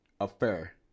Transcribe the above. affair